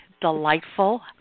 delightful